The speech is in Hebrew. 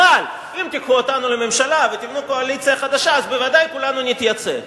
אבל אם תיקחו אותנו לממשלה ותבנו קואליציה חדשה אז בוודאי כולנו נתייצב.